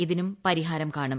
ഇതിനും പരിഹാരം കാണും